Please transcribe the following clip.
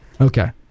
Okay